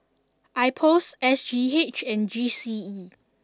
Ipos S G H and G C E